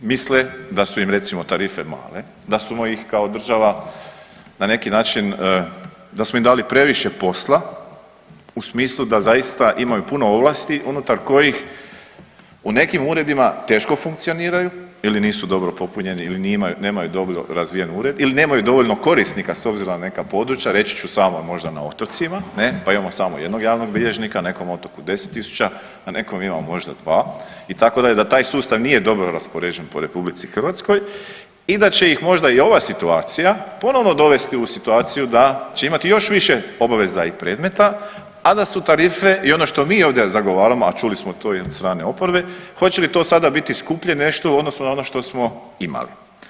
Misle da su im recimo tarife male, da smo ih kao država na neki način da smo im dali previše posla u smislu da zaista imaju puno ovlasti unutar kojih u nekim uredima teško funkcioniraju ili nisu dobro popunjeni ili nemaju dobro razvijen ured ili nemaju dovoljno korisnika s obzirom na neka područja, reći ću samo možda na otocima pa imamo samo jednog javnog bilježnika, na nekom otoka 10.000 na nekom imamo možda dva itd., da taj sustav nije dobro raspoređen po RH i da će ih možda i ova situacija ponovo dovesti u situaciju da će imati još više obaveza i predmeta, a da su tarife i ono što mi ovdje zagovaramo, a čuli smo i od strane oporbe, hoće li to sada biti skuplje nešto u odnosu na ono što smo imali.